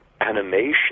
animation